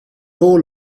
all